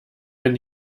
wenn